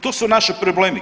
Tu su naši problemi.